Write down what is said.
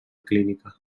clínica